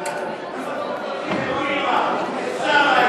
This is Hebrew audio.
למה, "שרה"